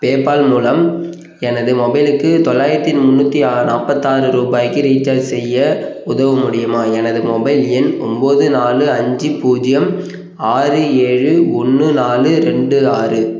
PayPal மூலம் எனது மொபைலுக்கு தொள்ளாயிரத்தி முந்நூற்றி ஆ நாற்பத்தாறு ரூபாய்க்கு ரீசார்ஜ் செய்ய உதவ முடியுமா எனது மொபைல் எண் ஒம்பது நாலு அஞ்சு பூஜ்ஜியம் ஆறு ஏழு ஒன்று நாலு ரெண்டு ஆறு